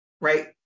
right